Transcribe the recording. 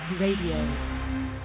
Radio